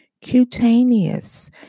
cutaneous